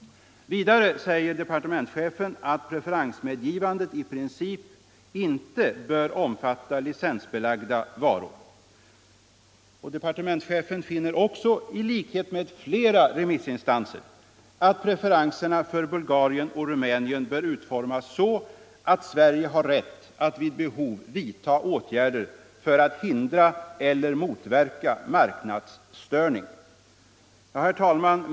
Vidare säger departementschefen att preferensmedgivandet i princip inte bör omfatta licensbelagda varor. Departementschefen finner också i likhet med flera remissinstanser att preferenserna för Bulgarien och Rumänien bör utformas så att Sverige har rätt att vid behov vidta åtgärder för att hindra eller motverka mark 7 nadsstörning. Herr talman!